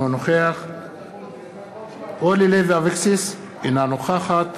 אינו נוכח אורלי לוי אבקסיס, אינה נוכחת